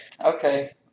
Okay